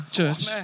church